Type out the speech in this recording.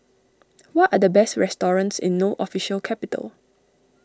what are the best restorings in No Official Capital